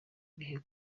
bibe